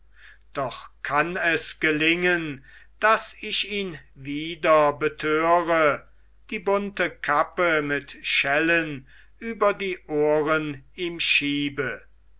doch kann es gelingen daß ich ihn wieder betöre die bunte kappe mit schellen über die ohren ihm schiebe